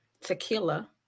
tequila